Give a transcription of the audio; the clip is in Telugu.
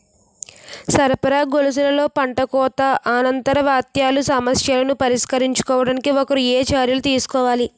సరఫరా గొలుసులో పంటకోత అనంతర వ్యాధుల సమస్యలను పరిష్కరించడానికి ఒకరు ఏ చర్యలు తీసుకోవాలి?